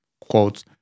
quote